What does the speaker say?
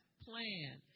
plan